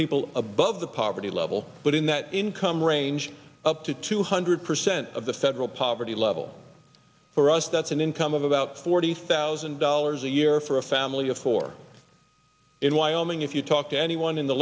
people above the poverty level but in that income range up to two hundred percent of the federal poverty level for us that's an income of about forty thousand dollars a year for a family of four in wyoming if you talk to anyone in the